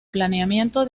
planteamiento